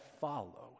follow